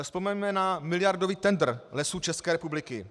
Vzpomeňme na miliardový tendr Lesů České republiky.